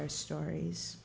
our stories